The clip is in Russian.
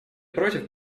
против